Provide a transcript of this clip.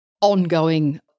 ongoing